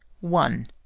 one